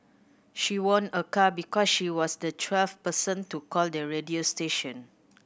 she won a car because she was the twelfth person to call the radio station